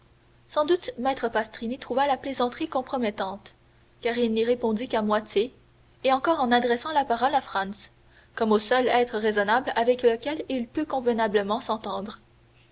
sans doute maître pastrini trouva la plaisanterie compromettante car il n'y répondit qu'à moitié et encore en adressant la parole à franz comme au seul être raisonnable avec lequel il pût convenablement s'entendre